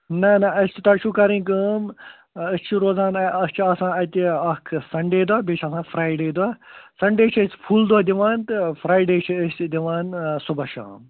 نہَ نہَ اَسہِ چھِ تُہۍ چھِ کَرٕنۍ کٲم أسۍ چھِ روزان اَسہِ چھُ آسان اَتہِ اکھ سنٛڈے دۄہ بیٚیہِ چھِ آسان فرٛایڈے دۄہ سنٛڈے چھِ أسۍ فُل دۄہ دِوان تہٕ فرٛایڈے چھِ أسۍ تہِ دِوان صُبح شام